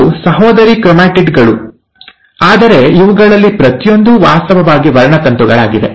ಇವು ಸಹೋದರಿ ಕ್ರೊಮ್ಯಾಟಿಡ್ ಗಳು ಆದರೆ ಇವುಗಳಲ್ಲಿ ಪ್ರತಿಯೊಂದೂ ವಾಸ್ತವವಾಗಿ ವರ್ಣತಂತುಗಳಾಗಿವೆ